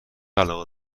علاقه